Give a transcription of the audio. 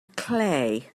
clay